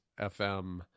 FM